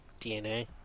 DNA